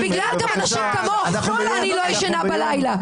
בגלל אנשים כמו אני לא ישנה בלילה,